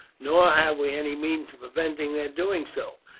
nor have we any means of preventing their doing so,